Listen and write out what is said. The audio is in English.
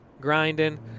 grinding